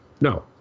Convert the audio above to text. no